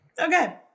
Okay